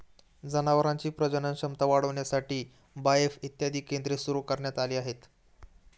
जनावरांची प्रजनन क्षमता वाढविण्यासाठी बाएफ इत्यादी केंद्रे सुरू करण्यात आली आहेत